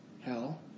Hell